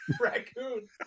Raccoon